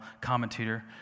commentator